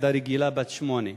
ילדה רגילה בת שמונה,